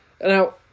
Now